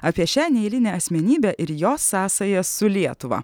apie šią neeilinę asmenybę ir jos sąsajas su lietuva